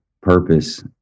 purpose